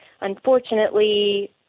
unfortunately